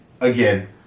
again